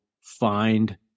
find